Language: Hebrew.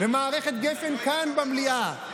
ומערכת גפ"ן, כאן במליאה.